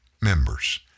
members